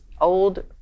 old